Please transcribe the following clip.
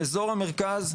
באזור המרכז,